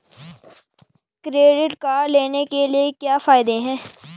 Credit card लेने के क्या फायदे हैं?